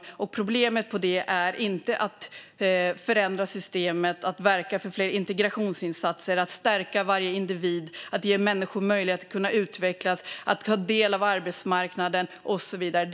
Lösningen på problemet är inte att förändra systemet, verka för fler integrationsinsatser, stärka varje individ, ge människor möjlighet att utvecklas och ta del av arbetsmarknaden och så vidare.